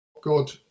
God